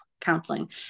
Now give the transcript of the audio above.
counseling